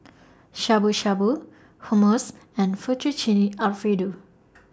Shabu Shabu Hummus and Fettuccine Alfredo